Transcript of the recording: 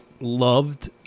loved